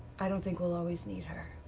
i don't think we'll always need her.